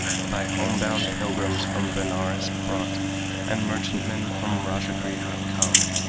by home-bound pilgrims from benares brought and merchantmen from rajagriha come,